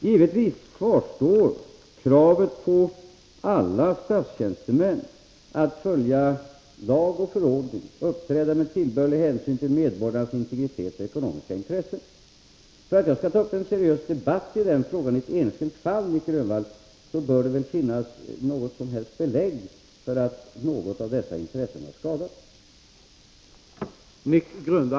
Givetvis kvarstår kravet på alla statstjänstemän att följa lag och förordning, uppträda med tillbörlig hänsyn till medborgarnas integritet och ekonomiska intressen. För att jag skall ta upp en seriös debatt i denna fråga — ett enskilt fall, Nic Grönvall — bör det väl finnas något som helst belägg för att något av dessa intressen har skadats.